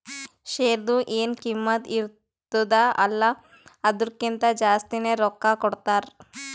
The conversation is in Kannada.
ಶೇರ್ದು ಎನ್ ಕಿಮ್ಮತ್ ಇರ್ತುದ ಅಲ್ಲಾ ಅದುರ್ಕಿಂತಾ ಜಾಸ್ತಿನೆ ರೊಕ್ಕಾ ಕೊಡ್ತಾರ್